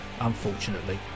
unfortunately